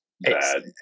bad